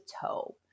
toe